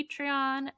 Patreon